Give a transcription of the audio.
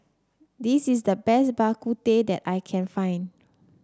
this is the best Bak Kut Teh that I can find